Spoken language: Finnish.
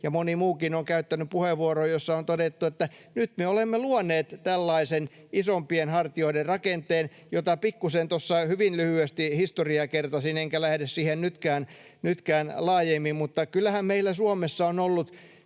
ja moni muukin on käyttänyt puheenvuoroa, jossa on todettu, että nyt me olemme luoneet tällaisen isompien hartioiden rakenteen, josta pikkuisen tuossa hyvin lyhyesti historiaa kertasin, enkä lähde siihen nytkään laajemmin. Mutta kyllähän meillä Suomessa on ollut